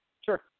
sure